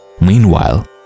Meanwhile